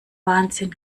wahnsinn